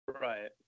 right